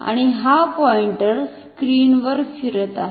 आणि हा pointer screen वर फिरत आहे